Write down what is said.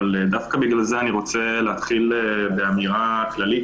אבל דווקא בגלל זה אני רוצה להתחיל באמירה כללית